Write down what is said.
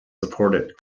supported